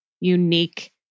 unique